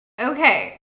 okay